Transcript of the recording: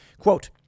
quote